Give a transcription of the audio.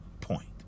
point